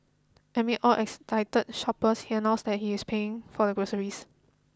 amid all excited shoppers he announced that he is paying for the groceries